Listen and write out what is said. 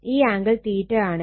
ഈ ആംഗിൾ ആണ്